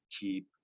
keep